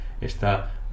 está